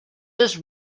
has